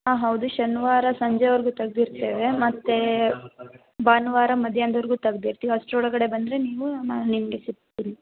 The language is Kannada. ಹಾಂ ಹೌದು ಶನಿವಾರ ಸಂಜೆವರೆಗೂ ತೆಗೆದಿರ್ತೇವೆ ಮತ್ತು ಭಾನುವಾರ ಮಧ್ಯಾಹ್ನದವರೆಗೂ ತೆಗೆದಿರ್ತೀವಿ ಅಷ್ಟರೊಳಗಡೆ ಬಂದರೆ ನೀವು ನಾನು ನಿಮಗೆ ಸಿಗ್ತೀನಿ